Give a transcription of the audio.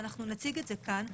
ואנחנו נציג את זה כאן.